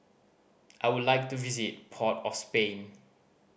I would like to visit Port of Spain